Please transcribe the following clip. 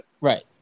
Right